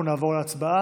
אנחנו נעבור להצבעה.